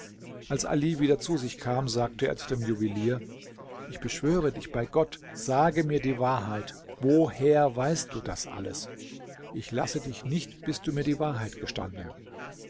als ali wieder zu sich kam sagte er zu dem juwelier ich beschwöre dich bei gott sage mir die wahrheit woher weißt du das alles ich lasse dich nicht bis du mir die wahrheit gestanden